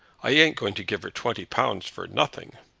i ain't going to give her twenty pounds for nothing.